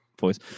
Voice